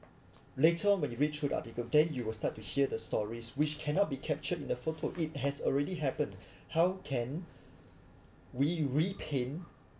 later on when you read through the article then you will start to hear the stories which cannot be captured in a photo it has already happened how can we repaint